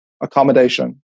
accommodation